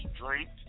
drink